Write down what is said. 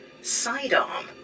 sidearm